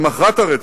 למחרת הרצח,